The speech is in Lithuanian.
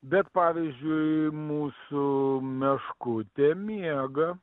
bet pavyzdžiui mūsų meškutė miega